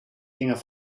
gingen